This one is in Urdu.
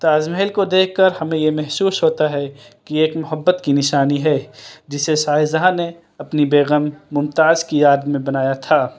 تاج محل کو دیکھ کر ہمیں یہ محسوس ہوتا ہے کہ ایک محبّت کی نشانی ہے جسے شاہ جہاں نے اپنی بیگم ممتاز کی یاد میں بنایا تھا